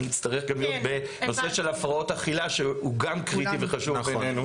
אני אצטרך גם להיות בנושא של הפרעות אכיפה שהוא גם קריטי וחשוב בעינינו,